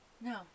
No